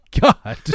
God